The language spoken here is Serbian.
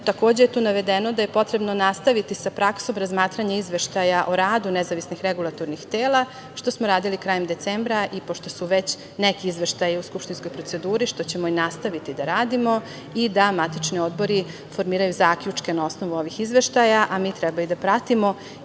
Takođe tu je navedeno da je potrebno nastaviti sa praksom razmatranja izveštaja o radu nezavisnih regulatornih tela, što smo radili krajem decembra i pošto su već neki izveštaji u skupštinskoj proceduri, što ćemo i nastaviti da radimo, i da matični odbori formiraju zaključke na osnovu ovih izveštaja, a mi treba i da pratimo